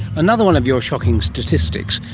another one of your shocking statistics,